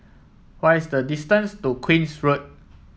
what is the distance to Queen's Road